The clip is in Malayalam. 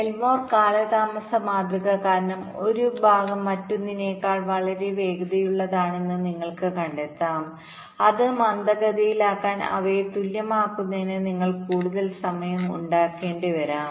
എൽമോർ കാലതാമസ മാതൃക കാരണം ഒരു ഭാഗം മറ്റൊന്നിനേക്കാൾ വളരെ വേഗതയുള്ളതാണെന്ന് നിങ്ങൾക്ക് കണ്ടെത്താനാകും അത് മന്ദഗതിയിലാക്കാൻ അവയെ തുല്യമാക്കുന്നതിന് നിങ്ങൾ കൂടുതൽ സമയം ഉണ്ടാക്കേണ്ടിവരാം